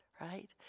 right